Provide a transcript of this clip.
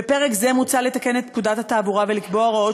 בפרק זה מוצע לתקן את פקודת התעבורה ולקבוע הוראות